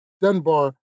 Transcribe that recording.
Dunbar